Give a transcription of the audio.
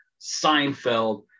seinfeld